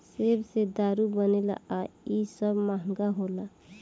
सेब से दारू बनेला आ इ सब महंगा होला